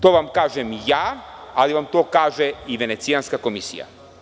To kažem ja, ali vam to kaže i Venecijanska komisija.